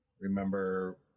remember